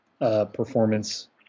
Performance